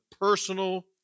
personal